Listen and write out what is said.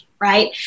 right